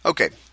Okay